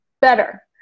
better